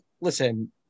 listen